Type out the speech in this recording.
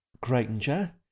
Granger